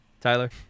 Tyler